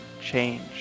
change